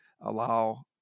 allow